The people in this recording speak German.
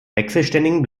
wechselständigen